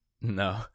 no